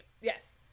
yes